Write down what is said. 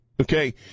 okay